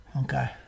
Okay